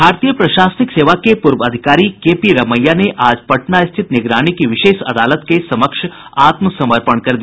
भारतीय प्रशासनिक सेवा के पूर्व अधिकारी केपी रमैया ने आज पटना स्थित निगरानी की विशेष अदालत के समक्ष आत्मसमर्पण कर दिया